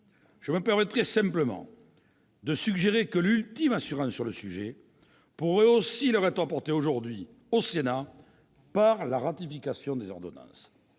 Je me permettrai simplement de suggérer qu'une ultime assurance sur le sujet pourrait aussi leur être apportée aujourd'hui au Sénat, par la ratification des ordonnances.